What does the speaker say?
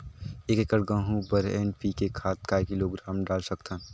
एक एकड़ गहूं बर एन.पी.के खाद काय किलोग्राम डाल सकथन?